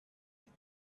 that